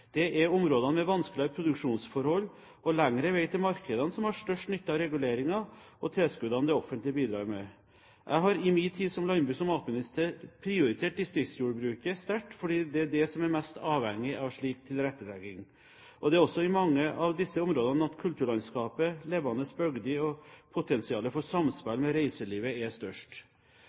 Det er områdene med vanskeligere produksjonsforhold og lengre vei til markedene som har størst nytte av reguleringer og tilskudd som det offentlige bidrar med. Jeg har i min tid som landbruks- og matminister prioritert distriktsjordbruket sterkt, fordi det er det som er mest avhengig av slik tilrettelegging. Det er også i mange av disse områdene at kulturlandskapet, levende bygder og potensialet for samspill med reiselivet er størst.